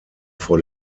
vor